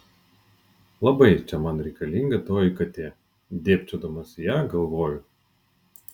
labai čia man reikalinga toji katė dėbčiodamas į ją galvoju